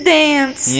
dance